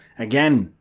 again,